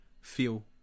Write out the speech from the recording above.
feel